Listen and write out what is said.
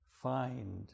find